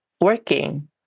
working